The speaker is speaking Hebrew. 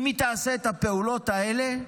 אם היא תעשה את הפעולות האלה,